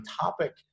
topic